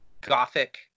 gothic